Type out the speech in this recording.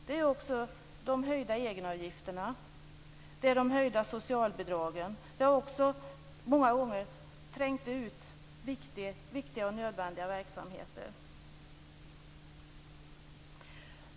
Det gäller de höjda egenavgifterna och de höjda socialbidragen. Många gånger har detta trängt ut viktiga och nödvändiga verksamheter.